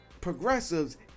Progressives